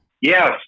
yes